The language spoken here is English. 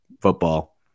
football